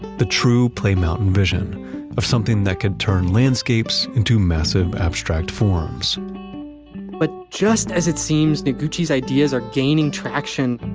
the true play mountain vision of something that could turn landscapes into massive abstract forms but just as it seems, noguchi's ideas are gaining traction,